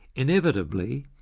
inevitably,